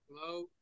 Hello